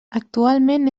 actualment